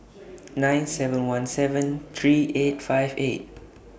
nine seven one seven three eight five eight